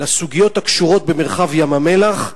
בסוגיות הקשורות במרחב ים-המלח,